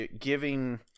giving –